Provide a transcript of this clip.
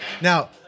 Now